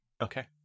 Okay